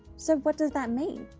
so what does that mean?